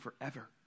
forever